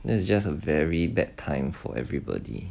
that it's just a very bad time for everybody